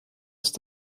ist